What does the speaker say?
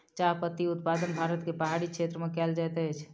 चाह पत्ती उत्पादन भारत के पहाड़ी क्षेत्र में कयल जाइत अछि